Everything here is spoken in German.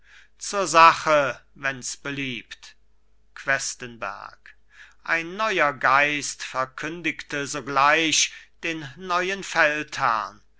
zur sache wenns beliebt questenberg ein neuer geist verkündigte sogleich den neuen feldherrn